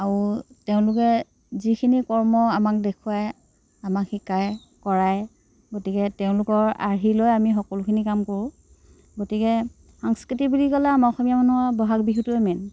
আৰু তেওঁলোকে যিখিনি কৰ্ম আমাক দেখুৱায় আমাক শিকায় কৰায় গতিকে তেওঁলোকৰ আৰ্হি লৈ আমি সকলোখিনি কাম কৰোঁ গতিকে সাংস্কৃতিক বুলি ক'লে আমাৰ অসমীয়া মানুহৰ ব'হাগ বিহুটোৱেই মেইন